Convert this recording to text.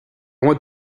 want